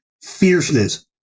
fierceness